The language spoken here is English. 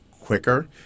quicker